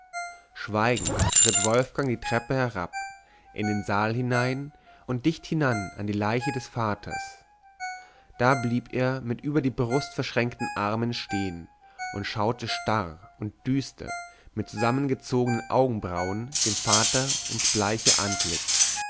schweigend schritt wolfgang die treppe herauf in den saal hinein und dicht hinan an die leiche des vaters da blieb er mit über die brust verschränkten armen stehen und schaute starr und düster mit zusammengezogenen augenbrauen dem vater ins bleiche antlitz